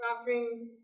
offerings